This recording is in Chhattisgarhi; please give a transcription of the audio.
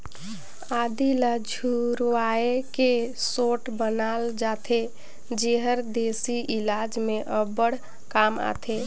आदी ल झुरवाए के सोंठ बनाल जाथे जेहर देसी इलाज में अब्बड़ काम आथे